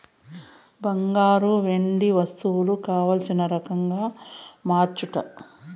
బంగారు, వెండి వస్తువులు కావల్సిన రకంగా మార్చచ్చట